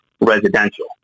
residential